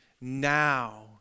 Now